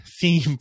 theme